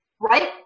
right